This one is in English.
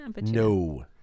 No